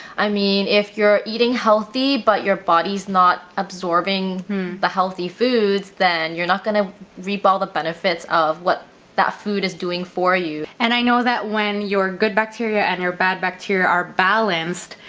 i mean, if you're eating healthy but your body is not absorbing the healthy foods then you're not gonna reap all the benefits of what that food is doing for you. and i know that when your good bacteria and your bad bacteria are balanced,